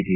T